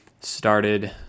started